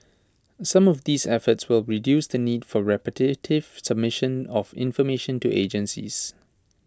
some of these efforts will reduce the need for repetitive submission of information to agencies